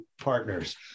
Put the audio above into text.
partners